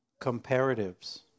comparatives